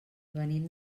venim